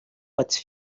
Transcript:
pots